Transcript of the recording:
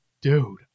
dude